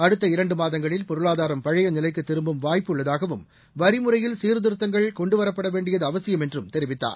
அடுத்த இரண்டு மாதங்களில் பொருளாதாரம் பழைய நிலைக்கு திரும்பு வாய்ப்பு உள்ளதாகவும் வரி முறையில் சீர்திருத்தங்கள் கொண்டுவரப்பட வேண்டியது அவசியம் என்றும் தெரிவித்தார்